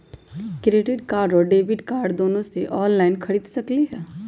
Credit card और debit card दोनों से ऑनलाइन खरीद सकली ह?